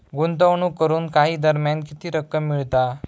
गुंतवणूक करून काही दरम्यान किती रक्कम मिळता?